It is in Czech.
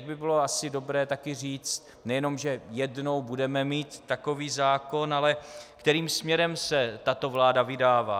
Tak by bylo asi dobré taky říct nejenom, že jednou budeme mít takový zákon, ale kterým směrem se tato vláda vydává.